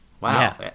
Wow